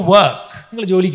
work